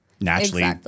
naturally